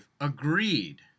agreed